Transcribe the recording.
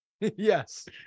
Yes